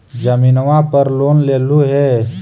जमीनवा पर लोन लेलहु हे?